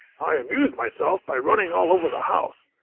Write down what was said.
i amused myself by running all over the house.